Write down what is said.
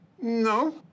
No